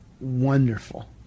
wonderful